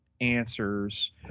answers